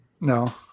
No